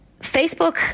Facebook